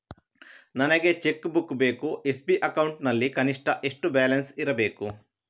ನನಗೆ cheque book ಬೇಕು SB account ನಲ್ಲಿ ಕನಿಷ್ಠ ಎಷ್ಟು ಬ್ಯಾಲೆನ್ಸ್ ಇರಬೇಕು?